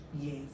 Yes